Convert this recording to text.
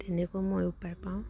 তেনেকৈও মই উপায় পাওঁ